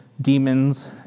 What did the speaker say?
demons